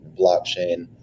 blockchain